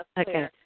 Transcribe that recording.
Okay